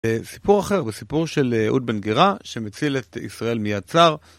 סיפור אחר בסיפור של אהוד בן גירא שמציל את ישראל מיד צר